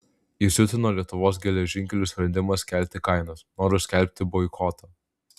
įsiutino lietuvos geležinkelių sprendimas kelti kainas noriu skelbti boikotą